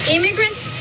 Immigrants